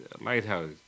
Lighthouse